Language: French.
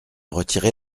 retirer